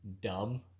dumb